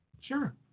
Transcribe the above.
sure